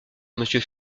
monsieur